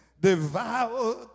devoured